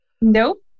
Nope